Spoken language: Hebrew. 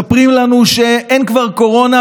מספרים לנו שאין כבר קורונה,